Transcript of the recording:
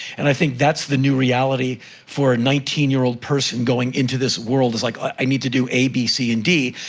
and i think that's the new reality for a nineteen year old person going into this world. it's like, i need to do a, b, c and d,